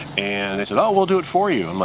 and they said, oh, we'll do it for you. i'm like,